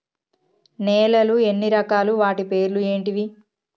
నేలలు ఎన్ని రకాలు? వాటి పేర్లు ఏంటివి?